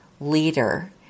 leader